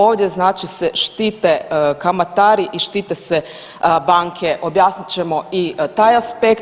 Ovdje znači se štite kamatari i štite se banke, objasnit ćemo i taj aspekt.